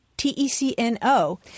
T-E-C-N-O